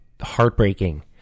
heartbreaking